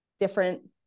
different